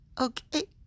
okay